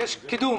יש קידום,